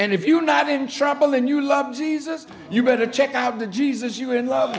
and if you're not in trouble and you love jesus you better check i have the jesus you are in love